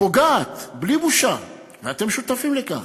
פוגעת בלי בושה, ואתם שותפים לכך,